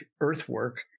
earthwork